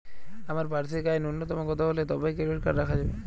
আমার বার্ষিক আয় ন্যুনতম কত হলে তবেই ক্রেডিট কার্ড রাখা যাবে?